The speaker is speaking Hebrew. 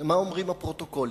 ומה אומרים הפרוטוקולים?